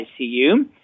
ICU